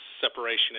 separation